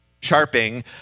Sharping